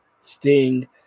Sting